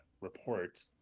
report